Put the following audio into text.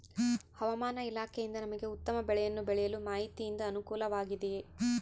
ಹವಮಾನ ಇಲಾಖೆಯಿಂದ ನಮಗೆ ಉತ್ತಮ ಬೆಳೆಯನ್ನು ಬೆಳೆಯಲು ಮಾಹಿತಿಯಿಂದ ಅನುಕೂಲವಾಗಿದೆಯೆ?